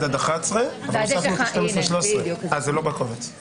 ברכת בוקר טוב וחודש טוב לכל הנוכחים והנוכחות כאן.